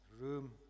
room